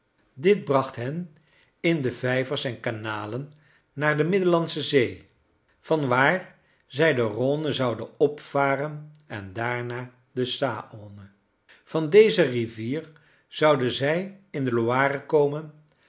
dit bracht hen in de vijvers en kanalen naar de middellandsche zee vanwaar zij de rhône zouden opvaren en daarna de saône van deze rivier zouden zij in de loire komen